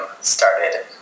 started